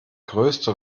größte